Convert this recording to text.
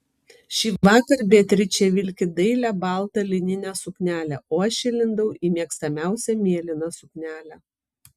šįvakar beatričė vilki dailią baltą lininę suknelę o aš įlindau į mėgstamiausią mėlyną suknelę